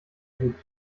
gibt